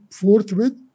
forthwith